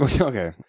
Okay